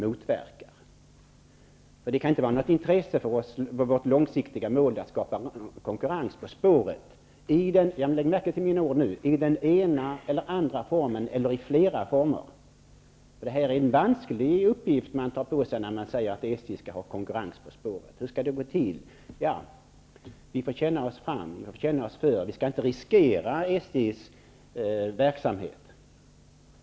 Med tanke på vårt långsiktiga mål kan det inte vara av intresse att skapa konkurrens på spåret, varken i den ena eller andra formen, och inte eller i flera former. Lägg märke till mina ord! När man säger att SJ skall ha konkurrens på spåret är det en vansklig uppgift man tar på sig. Hur skall det gå till? Vi får känna oss för. Vi skall inte riskera SJ:s verksamhet.